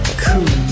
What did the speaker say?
cool